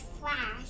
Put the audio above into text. Flash